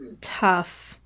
tough